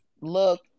look